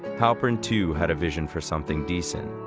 halpern too had a vision for something decent,